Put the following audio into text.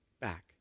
back